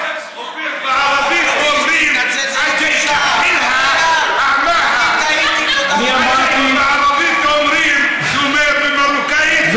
אופיר, בערבית אומרים, אני אמרתי, ובמרוקאית,